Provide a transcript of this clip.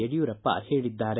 ಯಡಿಯೂರಪ್ಪ ಹೇಳಿದ್ದಾರೆ